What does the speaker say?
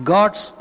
God's